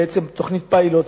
בעצם תוכנית פיילוט,